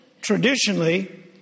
traditionally